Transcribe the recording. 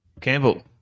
Campbell